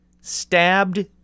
stabbed